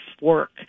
work